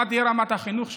מה תהיה רמת החינוך שלו.